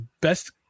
best